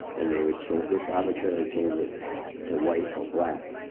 and they would chang just arbitrarily change it to white or black.